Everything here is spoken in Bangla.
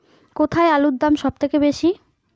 কোথায় আলুর দাম সবথেকে বেশি?